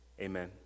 Amen